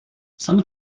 some